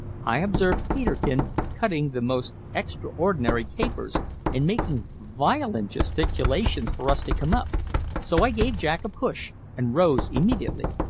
i observed peterkin cutting the most extraordinary capers and making violent gesticulations for us to come up so i gave jack a push and rose immediately.